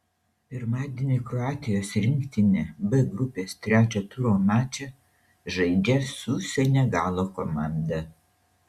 pirmadienį kroatijos rinktinė b grupės trečio turo mačą žaidžia su senegalo komanda